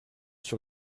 sur